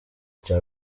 cya